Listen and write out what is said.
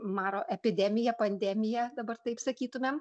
maro epidemija pandemija dabar taip sakytumėm